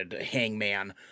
hangman